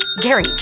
Gary